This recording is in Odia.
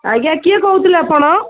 ଆଜ୍ଞା କିଏ କହୁଥିଲେ ଆପଣ